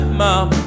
mom